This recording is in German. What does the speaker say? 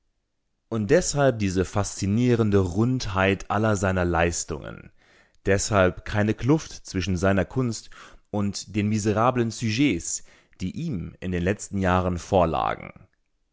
und deshalb diese faszinierende rundheit aller seiner leistungen deshalb keine kluft zwischen seiner kunst und den miserablen sujets die ihm in den letzten jahren vorlagen